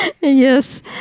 Yes